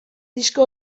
disko